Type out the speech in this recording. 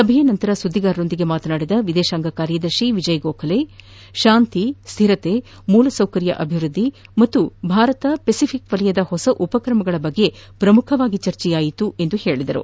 ಸಭೆಯ ನಂತರ ಸುದ್ದಿಗಾರರೊಂದಿಗೆ ಮಾತನಾಡಿದ ವಿದೇಶಾಂಗ ಕಾರ್ಯದರ್ಶಿ ವಿಜಯ್ ಗೋಖಲೆ ಶಾಂತಿ ಸ್ಥಿರತೆ ಮೂಲಸೌಕರ್ಯ ಅಭಿವೃದ್ಧಿ ಮತ್ತು ಭಾರತ ಪೆಸಿಫಿಕ್ ವಲಯದ ಹೊಸ ಉಪಕ್ರಮಗಳ ಬಗ್ಗೆ ಮುಖ್ಯವಾಗಿ ಚರ್ಚಿಸಲಾಯಿತು ಎಂದು ತಿಳಿಸಿದರು